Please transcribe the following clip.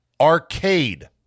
Arcade